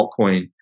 altcoin